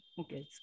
okay